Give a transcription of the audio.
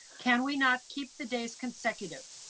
can we not keep the days consecutive?